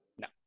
No